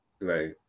Right